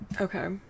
okay